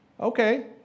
okay